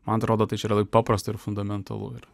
man atrodo tai čia yra paprasta ir fundamentalu yra